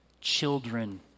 children